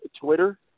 Twitter